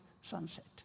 sunset